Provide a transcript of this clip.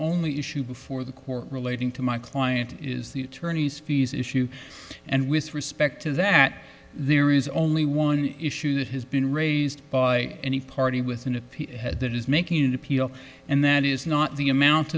only issue before the court relating to my client is the attorneys fees issue and with respect to that there is only one issue that has been raised by any party with an appeal head that is making an appeal and that is not the amount